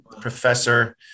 professor